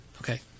Okay